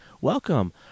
welcome